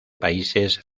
países